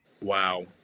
Wow